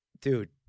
dude